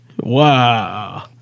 Wow